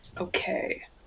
Okay